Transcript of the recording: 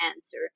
answer